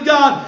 God